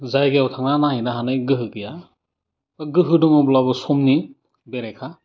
जायगायाव थांना नायहैनो हानाय गोहो गैया गोहो दङब्लाबो समनि बेरेखा